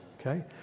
okay